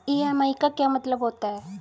EMI का क्या मतलब होता है?